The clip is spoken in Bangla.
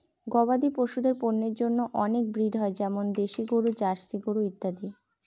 গবাদি পশুদের পন্যের জন্য অনেক ব্রিড হয় যেমন দেশি গরু, জার্সি ইত্যাদি